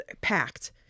packed